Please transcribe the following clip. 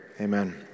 Amen